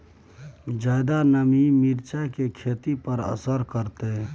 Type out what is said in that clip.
ज्यादा नमी मिर्चाय की खेती पर की असर करते?